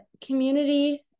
community